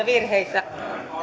virheitä arvoisa rouva